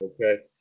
Okay